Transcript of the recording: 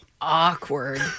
Awkward